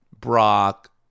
Brock